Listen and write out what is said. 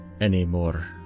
anymore